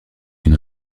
une